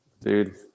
dude